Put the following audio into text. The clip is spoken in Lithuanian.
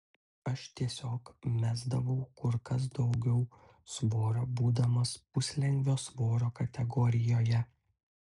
aš tiesiog mesdavau kur kas daugiau svorio būdamas puslengvio svorio kategorijoje